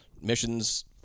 missions